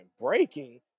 breaking